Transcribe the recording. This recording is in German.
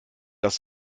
das